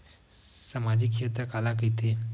सामजिक क्षेत्र काला कइथे?